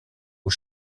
aux